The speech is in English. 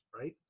right